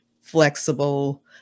flexible